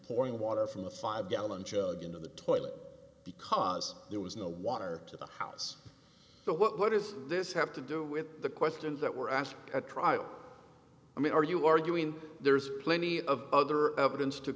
pouring water from a five gallon jug into the toilet because there was no water to the house so what does this have to do with the questions that were asked at trial i mean are you arguing there is plenty of other evidence to